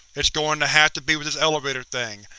it's going to have to be with this elevator thing.